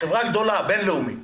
- חברה גדולה בין-לאומית